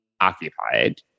occupied